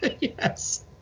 Yes